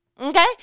okay